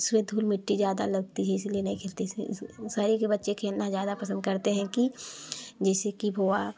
इसमें धुल मिट्टी ज़्यादा लगती है इसलिए नहीं खेलते इसने इस शहरी के बच्चे खेलना ज़्यादा पसंद करते हैं कि जैसे कि भो आ